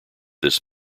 this